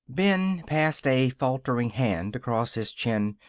ben passed a faltering hand across his chin.